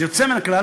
זה יוצא מן הכלל,